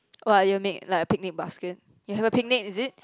what are you made like a picnic basket you have a picnic is it